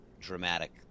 dramatic